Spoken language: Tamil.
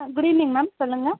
ஆ குட் ஈவினிங் மேம் சொல்லுங்கள்